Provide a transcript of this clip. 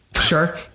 Sure